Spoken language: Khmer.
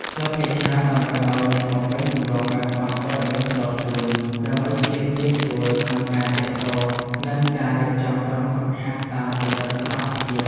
ក្លឹបភាគច្រើនតម្រូវឱ្យអ្នកបំពេញទម្រង់បែបបទព័ត៌មានផ្ទាល់ខ្លួន ដើម្បីភាពងាយស្រួលក្នុងការទាក់ទង និងការរៀបចំក្រុមហ្វឹកហាត់តាមកម្រិតសមត្ថភាព។